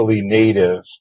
native